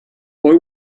boy